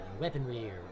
weaponry